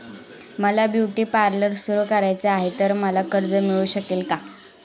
मला beauty parlour सुरू करायचे आहे तर मला कर्ज मिळू शकेल का?